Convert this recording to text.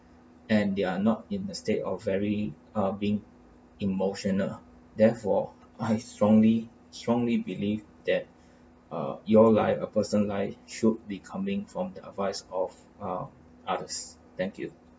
and they are not in the state of very uh being emotional therefore I strongly strongly believe that uh your life a person life should be coming from the advice of uh others thank you